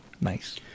Nice